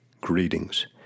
greetings